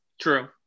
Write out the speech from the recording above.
True